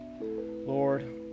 Lord